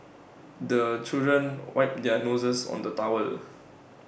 the children wipe their noses on the towel